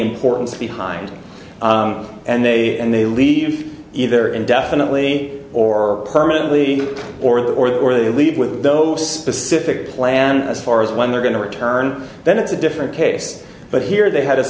importance behind and they and they leave either indefinitely or permanently or that or that or they leave with those specific plan as far as when they're going to return then it's a different case but here they had a